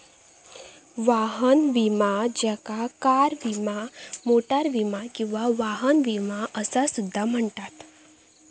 वाहन विमा ज्याका कार विमा, मोटार विमा किंवा वाहन विमा असा सुद्धा म्हणतत